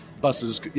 buses